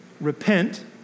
repent